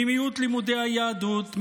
ממיעוט לימודי היהדות,